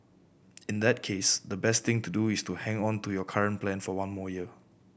in that case the best thing to do is to hang on to your current plan for one more year